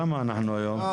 לא.